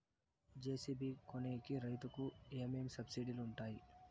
JCB కొనేకి రైతుకు ఏమేమి సబ్సిడి లు వుంటాయి?